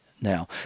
now